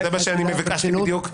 זה מה שביקשתי מהיועץ המשפטי להכין.